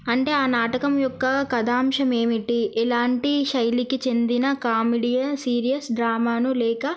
అంటే ఆ నాటకం యొక్క కథాంశం ఏమిటి ఎలాంటి శైలికి చెందిన కామెడీయ సీరియస్ డ్రామానా లేక